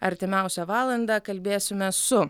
artimiausią valandą kalbėsime su